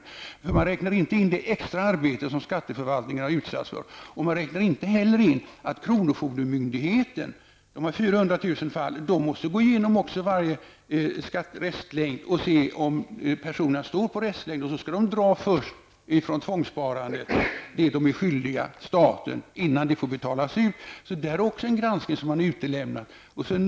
Man räknar nämligen inte in det extra arbete som skatteförvaltningarna har utsatts för, och man räknar heller inte in att kronofogdemyndigheten -- de har 400 000 fall -- måste gå igenom varje restlängd för att se om personerna i fråga är uppförda på restlängd, och för att i så fall från tvångssparandet dra av det vederbörande är skyldig staten innan pengarna får betalas ut. Det är också en granskning som man har utelämnat när man beräknat kostnaderna.